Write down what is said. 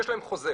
יש להם חוזה.